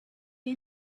est